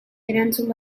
erantzun